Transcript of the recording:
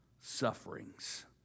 sufferings